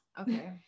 okay